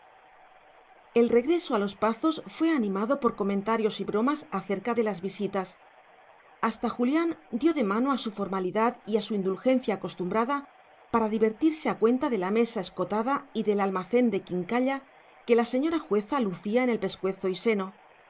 el regreso a los pazos fue animado por comentarios y bromas acerca de las visitas hasta julián dio de mano a su formalidad y a su indulgencia acostumbrada para divertirse a cuenta de la mesa escotada y del almacén de quincalla que la señora jueza lucía en el pescuezo y seno